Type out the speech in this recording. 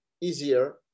easier